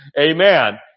Amen